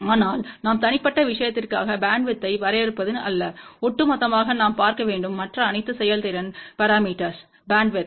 ஆனால் நாம் தனிப்பட்ட விஷயத்திற்காக பேண்ட்வித்யை வரையறுப்பது அல்ல ஒட்டுமொத்தமாக நாம் பார்க்க வேண்டும் மற்ற அனைத்து செயல்திறன் பரமீட்டர்ஸ்வுக்கும் பேண்ட்வித்